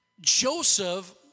Joseph